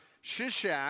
Shishak